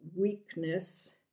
weakness